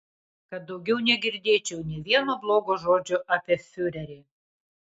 kad daugiau negirdėčiau nė vieno blogo žodžio apie fiurerį